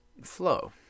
flow